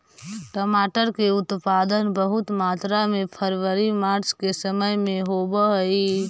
टमाटर के उत्पादन बहुत मात्रा में फरवरी मार्च के समय में होवऽ हइ